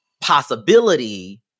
possibility